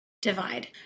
divide